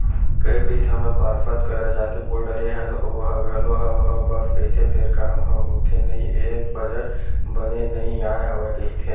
कई पइत हमन पार्षद करा जाके बोल डरे हन ओहा घलो हव हव बस कहिथे फेर काम ह होथे नइ हे बजट बने नइ आय हवय कहिथे